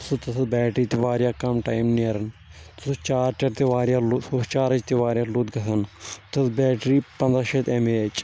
تتھ اوس بیٹری تہِ واریاہ کم ٹایم نیٚران تتھ اوس چارجر تہِ واریاہ لوٚت سُہ اوس چارٕج تہِ واریاہ لوٚت گژھان تتھ ٲس بیٹری پندہ شیٚتھ ایم اے ایچ